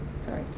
Sorry